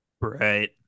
Right